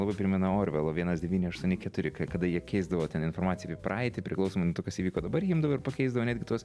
labai primena orvelo vienas devyni aštuoni keturi ka kada jie keisdavo ten informaciją praeitį priklausomai nuo to kas įvyko dabar jie imdavo ir pakeisdavo netgi tuos